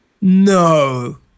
no